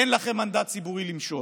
אין לכם מנדט ציבורי למשול.